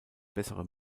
bessere